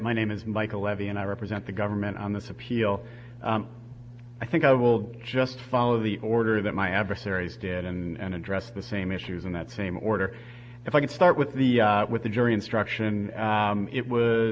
my name is michael levy and i represent the government on this appeal i think i will just follow the order that my adversaries stand and address the same issues in that same order if i can start with the with the jury instruction it was